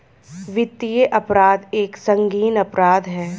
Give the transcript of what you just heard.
वित्तीय अपराध एक संगीन अपराध है